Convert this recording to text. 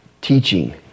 teaching